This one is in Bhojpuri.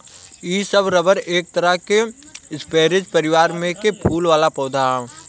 इ सब रबर एक तरह के स्परेज परिवार में के फूल वाला पौधा ह